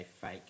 fake